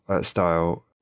style